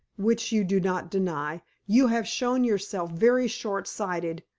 which, you do not deny, you have shown yourself very short-sighted,